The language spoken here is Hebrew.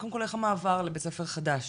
קודם כל, איך המעבר לבית ספר חדש?